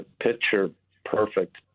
picture-perfect